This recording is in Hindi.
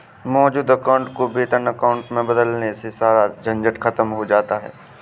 मौजूद अकाउंट को वेतन अकाउंट में बदलवाने से सारा झंझट खत्म हो जाता है